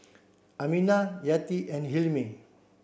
Aminah Yati and Hilmi